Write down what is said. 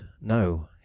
no